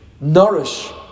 nourish